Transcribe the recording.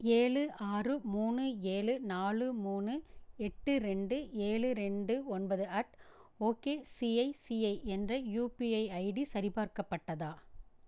ஏழு ஆறு மூணு ஏழு நாலு மூணு எட்டு ரெண்டு ஏழு ரெண்டு ஒன்பது அட் ஓகேசிஐசிஐ என்ற யுபிஐ ஐடி சரிபார்க்கப்பட்டதா